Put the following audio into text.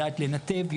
יודעת לנתב,